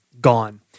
Gone